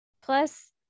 plus